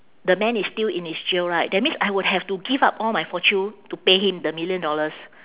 the man is still in his jail right that means I would have to give up all my fortune to pay him the million dollars